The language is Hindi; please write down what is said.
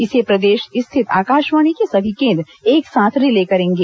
इसे प्रदेश स्थित आकाशवाणी के सभी केंद्र एक साथ रिले करेंगे